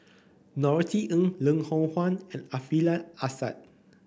Norothy Ng Loh Hoong Kwan and Alfian Sa'at